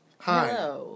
Hi